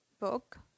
book